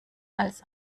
als